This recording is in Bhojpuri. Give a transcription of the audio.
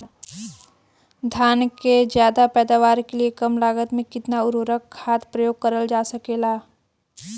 धान क ज्यादा पैदावार के लिए कम लागत में कितना उर्वरक खाद प्रयोग करल जा सकेला?